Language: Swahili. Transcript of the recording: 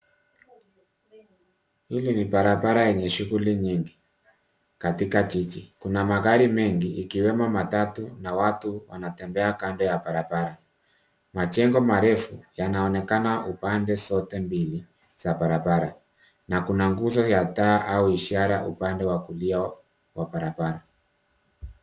Hili ni barabara yenye shughuli nyingi katika jiji. Kuna magari mengi ikiwemo matatu na watu wanatembea kando ya barabara. Majengo marefu yanaonekana upande zote mbili za barabara na kuna nguzo ya taa au ishara upande wa kulia wa barabara.